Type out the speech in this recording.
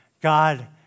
God